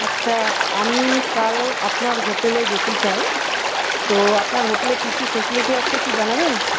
আচ্ছা আমি কাল আপনার হোটেলে যেতে চাই তো আপনার হোটেলে কী কী ফেসিলিটি আছে একটু জানাবেন